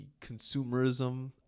consumerism